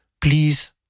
please